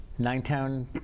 Ninetown